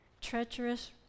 treacherous